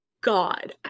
God